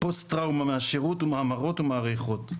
פוסט-טראומה מהשירות ומהמראות ומהריחות.